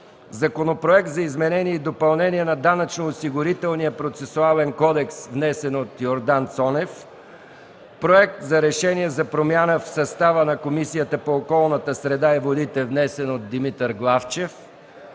Законопроект за изменение и допълнение на Данъчно-осигурителния процесуален кодекс, внесен от Йордан Цонев. Проект за решение за промяна в състава на Комисията по околната среда и водите, внесен от Димитър Главчев.